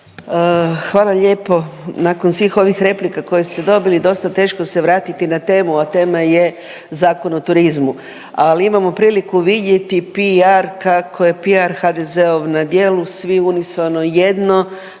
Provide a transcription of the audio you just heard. Hvala lijepo. Nakon svih ovih replika koje ste dobili dosta teško se vratiti na temu, a tema je Zakon o turizmu. Ali imamo priliku vidjeti PR, kako je PR HDZ-ov na djelu, svi unisono jedno,